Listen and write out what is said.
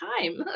time